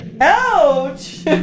Ouch